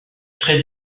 très